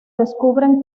descubren